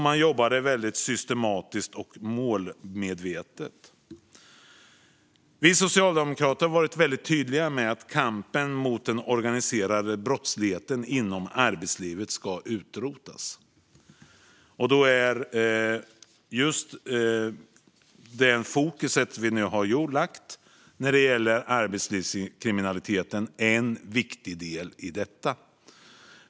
Man jobbade väldigt systematiskt och målmedvetet. Vi socialdemokrater har varit väldigt tydliga med att den organiserade brottsligheten inom arbetslivet ska utrotas. Det fokus som vi nu har när det gäller arbetslivskriminaliteten är en viktig del i detta.